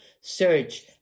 search